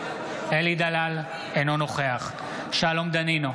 אינו נוכח שלום דנינו,